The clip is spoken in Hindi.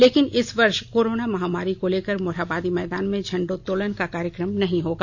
लेकिन इस वर्ष कोरोना महामारी को लेकर मोरहाबादी मैदान में झंडोत्तोलन का कार्यक्रम नहीं होगा